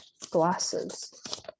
glasses